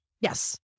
Yes